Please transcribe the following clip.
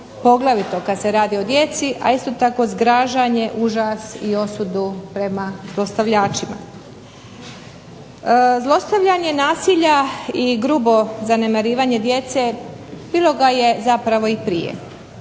poglavito kada se radi o djeci, a isto tako zgražanje, užas i osudu prema zlostavljačima. Zlostavljanje, nasilja i grubo zanemarivanje djece bilo ga je i prije.